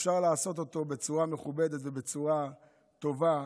אפשר לעשות זאת בצורה מכובדת ובצורה טובה,